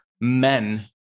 men